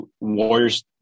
Warriors